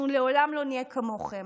אנחנו לעולם לא נהיה כמוכם,